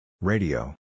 Radio